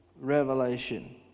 revelation